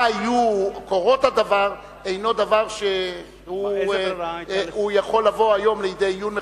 מה היו קורות הדבר אינו דבר שיכול לבוא היום לידי עיון מחדש,